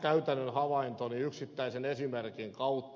oma käytännön havaintoni yksittäisen esimerkin kautta